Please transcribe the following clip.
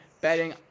betting